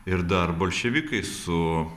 ir dar bolševikai su